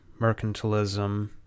mercantilism